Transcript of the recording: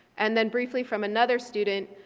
and then briefly from another student,